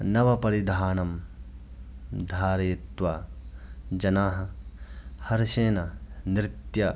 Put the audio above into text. नवपरिधानं धारयित्वा जनाः हर्षेण नृत्य